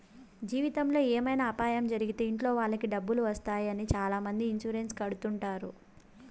జీవితంలో ఏమైనా అపాయం జరిగితే ఇంట్లో వాళ్ళకి డబ్బులు వస్తాయి అని చాలామంది ఇన్సూరెన్స్ కడుతుంటారు